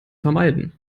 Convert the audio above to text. vermeiden